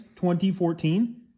2014